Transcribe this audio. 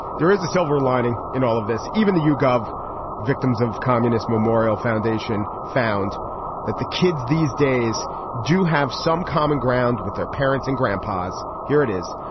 there is a silver lining in all of this. even the u gov victims of communist memorial foundation found that the kids these days do have some common ground with their parents and grandpas. here it is.